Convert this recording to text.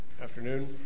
afternoon